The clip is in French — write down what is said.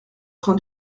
train